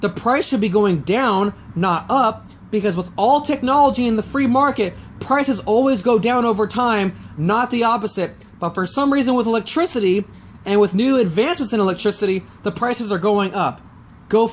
the price should be going down not up because with all technology in the free market prices always go down over time not the opposite but for some reason with electricity and with new advances in electricity the prices are going up go